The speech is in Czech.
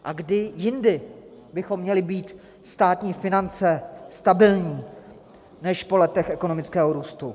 A kdy jindy bychom měli mít státní finance stabilní než po letech ekonomického růstu?